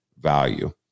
value